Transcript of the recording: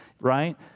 right